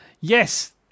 yes